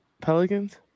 Pelicans